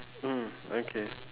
mm okay